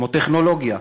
כמו טכנולוגיה,